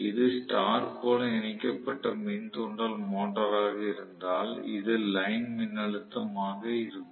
இது ஸ்டார் போல இணைக்கப்பட்ட மின் தூண்டல் மோட்டராக இருந்தால் இது லைன் மின்னழுத்தமாக இருக்கும்